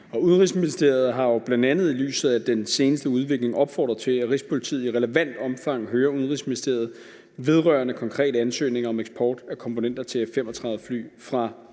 Udenrigsministeriet har jo bl.a. i lyset af den seneste udvikling opfordret til, at Rigspolitiet i relevant omfang hører Udenrigsministeriet vedrørende konkrete ansøgninger om eksport af komponenter til F-35-fly fra Danmark.